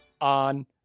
on